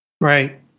Right